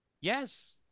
Yes